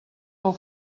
pel